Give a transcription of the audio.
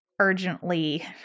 urgently